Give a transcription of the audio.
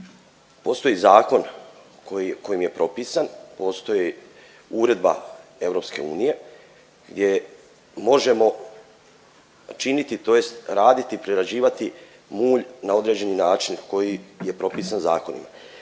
postoji zakon kojim je propisan, postoji uredba EU, gdje možemo činiti, tj. raditi, prerađivati mulj na određeni način koji je propisan zakonima,